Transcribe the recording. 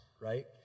right